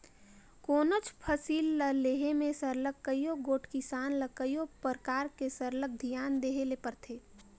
कोनोच फसिल ल लेहे में सरलग कइयो गोट किसान ल कइयो परकार ले सरलग धियान देहे ले परथे